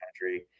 country